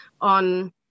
on